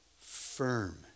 firm